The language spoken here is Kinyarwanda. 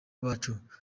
bacu